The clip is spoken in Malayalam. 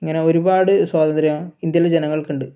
ഇങ്ങനെ ഒരുപാട് സ്വാതന്ത്ര്യം ഇന്ത്യയിലെ ജനങ്ങൾക്കുണ്ട്